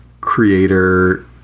creator